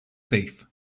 thief